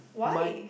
why